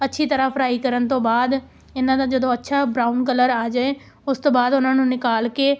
ਅੱਛੀ ਤਰ੍ਹਾਂ ਫਰਾਈ ਕਰਨ ਤੋਂ ਬਾਅਦ ਇਹਨਾਂ ਦਾ ਜਦੋਂ ਅੱਛਾ ਬਰਾਊਨ ਕਲਰ ਆ ਜਾਏ ਉਸ ਤੋਂ ਬਾਅਦ ਉਹਨਾਂ ਨੂੰ ਨਿਕਾਲ ਕੇ